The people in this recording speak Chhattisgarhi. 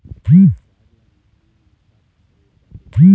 जाड़ ला महीना म का फसल लगाबो?